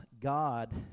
God